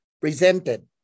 presented